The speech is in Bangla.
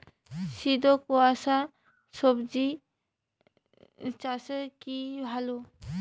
শীত ও কুয়াশা স্বজি চাষে কি ভালো?